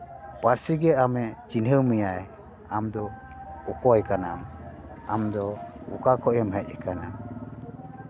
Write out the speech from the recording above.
ᱯᱟᱹᱨᱥᱤ ᱜᱮ ᱟᱢᱮ ᱪᱤᱱᱦᱟᱹᱣ ᱢᱮᱭᱟᱭ ᱟᱢᱫᱚ ᱚᱠᱚᱭ ᱠᱟᱱᱟᱢ ᱟᱢᱫᱚ ᱚᱠᱟ ᱠᱷᱚᱱᱮᱢ ᱦᱮᱡ ᱟᱠᱟᱱᱟ